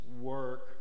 work